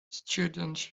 student